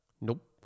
Nope